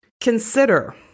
consider